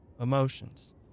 emotions